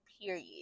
period